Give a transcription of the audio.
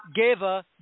Gava